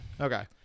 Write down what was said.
Okay